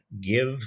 give